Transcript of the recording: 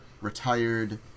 retired